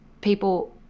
people